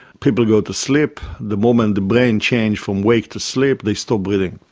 people go to sleep, the moment the brain changes from wake to sleep they stop breathing,